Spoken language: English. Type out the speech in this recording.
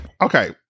Okay